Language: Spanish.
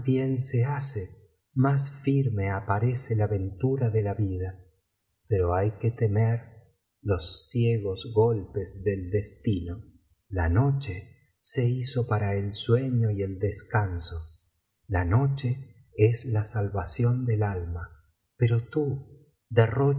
se hace más firme aparece la ventura de la vida pero hay que temer los ciegos golpes del destino la noche se hizo para el sueño y el descanso ja noche es la salvación del alma pero tú